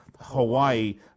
Hawaii